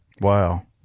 Wow